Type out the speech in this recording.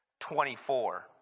24